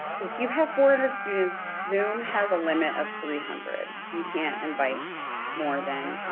if you have four hundred students, zoom has a limit of three hundred, you can't invite more than